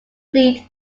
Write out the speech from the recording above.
fleet